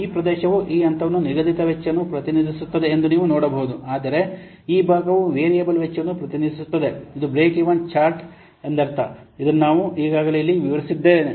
ಈ ಪ್ರದೇಶವು ಈ ಹಂತವನ್ನು ನಿಗದಿತ ವೆಚ್ಚವನ್ನು ಪ್ರತಿನಿಧಿಸುತ್ತದೆ ಎಂದು ನೀವು ನೋಡಬಹುದು ಆದರೆ ಈ ಭಾಗವು ವೇರಿಯಬಲ್ ವೆಚ್ಚವನ್ನು ಪ್ರತಿನಿಧಿಸುತ್ತದೆ ಇದು ಬ್ರೇಕ್ ಈವನ್ ಚಾರ್ಟ್ ಎಂದರ್ಥ ಇದನ್ನು ನಾನು ಈಗಾಗಲೇ ಇಲ್ಲಿ ವಿವರಿಸಿದ್ದೇನೆ